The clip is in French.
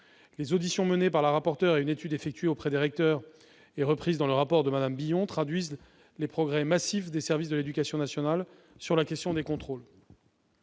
Les auditions menées par la rapporteur, ainsi qu'une étude effectuée auprès des recteurs et reprise dans le rapport de Mme Billon, traduisent les progrès massifs des services de l'éducation nationale sur la question des contrôles.